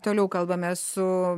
toliau kalbamės su